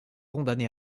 condamné